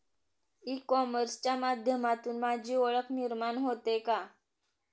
E कॉमर्सच्या माध्यमातून माझी ओळख निर्माण होते का?